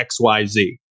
XYZ